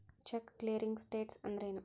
Check clearing status ಅಂದ್ರೇನು?